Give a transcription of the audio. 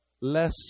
less